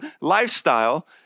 lifestyle